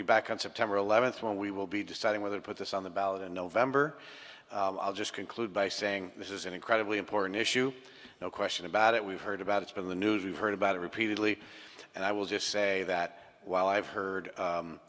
you back on september eleventh when we will be deciding whether to put this on the ballot in november i'll just conclude by saying this is an incredibly important issue no question about it we've heard about it's been the news we've heard about it repeatedly and i will just say that while i've heard